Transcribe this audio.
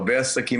הרבה העסקים